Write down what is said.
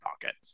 pocket